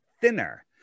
thinner